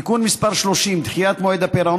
(תיקון מס' 30) (דחיית מועד הפירעון